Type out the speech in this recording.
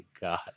god